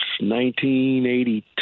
1982